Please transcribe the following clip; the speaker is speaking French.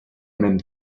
même